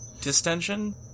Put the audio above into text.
Distension